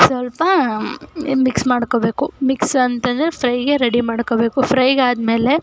ಸ್ವಲ್ಪ ಮಿಕ್ಸ್ ಮಾಡ್ಕೊಳ್ಬೇಕು ಮಿಕ್ಸ್ ಅಂತ ಅಂದ್ರೆ ಫ್ರೈಗೆ ರೆಡಿ ಮಾಡ್ಕೊಳ್ಬೇಕು ಫ್ರೈಗಾದ್ಮೇಲೆ